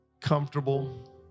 comfortable